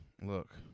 Look